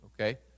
okay